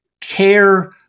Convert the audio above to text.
care